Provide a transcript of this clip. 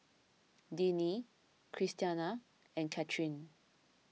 Deanne Christiana and Cathryn